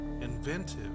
inventive